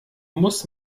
muss